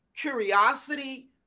curiosity